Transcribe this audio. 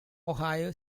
ohio